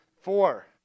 Four